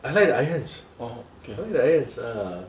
I like irons I like the irons ah